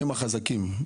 הם החזקים,